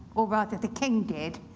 or rather, the king did,